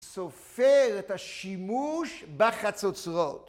סופר את השימוש בחצוצרות